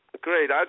Great